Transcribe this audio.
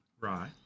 Right